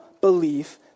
belief